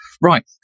Right